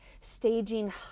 staging